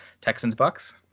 Texans-Bucks